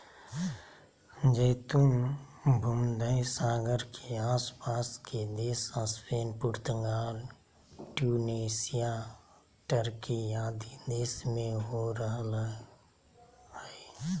जैतून भूमध्य सागर के आस पास के देश स्पेन, पुर्तगाल, ट्यूनेशिया, टर्की आदि देश में हो रहल हई